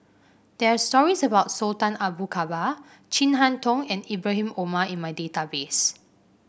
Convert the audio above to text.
there are stories about Sultan Abu Bakar Chin Harn Tong and Ibrahim Omar in my database